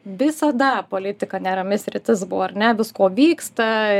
visada politika nerami sritis buvo ar ne visko vyksta